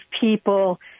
people